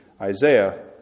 Isaiah